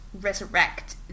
resurrect